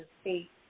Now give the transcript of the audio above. state